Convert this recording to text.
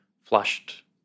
flushed